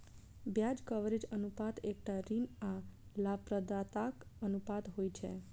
ब्याज कवरेज अनुपात एकटा ऋण आ लाभप्रदताक अनुपात होइ छै